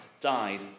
died